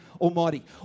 Almighty